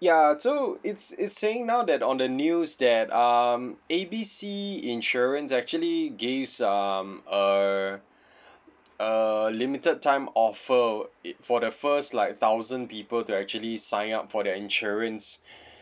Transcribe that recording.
ya so it's it's saying now that on the news that um A B C insurance actually gives um err a limited time offer it for the first like thousand people to actually sign up for their insurance